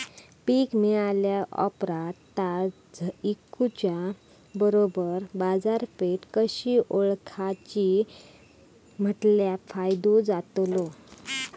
पीक मिळाल्या ऑप्रात ता इकुच्या बरोबर बाजारपेठ कशी ओळखाची म्हटल्या फायदो जातलो?